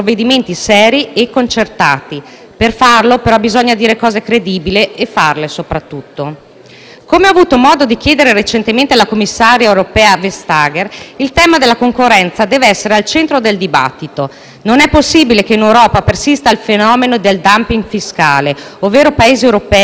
Come ho avuto modo di chiedere recentemente alla commissaria europea Vestager, il tema della concorrenza deve essere al centro del dibattito. Non è possibile che in Europa persista il fenomeno del *dumping* fiscale, ovvero di Paesi europei che fanno concorrenza sleale a colpi di ribassi sulle tasse, che tanto danneggia le nostre imprese.